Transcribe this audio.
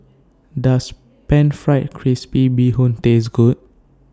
Does Pan Fried Crispy Bee Hoon Taste Good